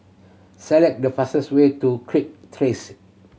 select the fastest way to Kirk Terrace